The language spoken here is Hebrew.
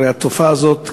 הרי התופעה הזאת,